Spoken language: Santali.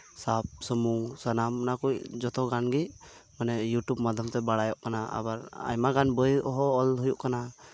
ᱥᱟᱵ ᱥᱚᱢᱩᱝ ᱚᱱᱟᱠᱚ ᱡᱚᱛᱚ ᱜᱟᱱᱜᱮ ᱤᱭᱩᱴᱩᱵ ᱢᱟᱫᱽᱫᱷᱚᱢ ᱛᱮ ᱵᱟᱲᱟᱭᱚᱜ ᱠᱟᱱᱟ ᱟᱵᱟᱨ ᱟᱭᱢᱟ ᱜᱟᱱ ᱵᱳᱭ ᱦᱚᱸ ᱚᱞ ᱦᱩᱭᱩᱜ ᱠᱟᱱᱟ